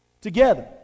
together